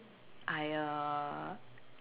I uh